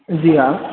जी हाँ